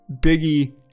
Biggie